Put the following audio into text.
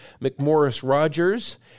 McMorris-Rogers